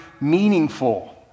meaningful